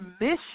mission